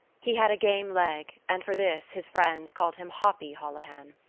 he had a game leg and for this his friends called him hoppy holohan.